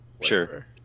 sure